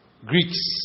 Greeks